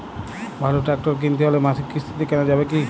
ভালো ট্রাক্টর কিনতে হলে মাসিক কিস্তিতে কেনা যাবে কি?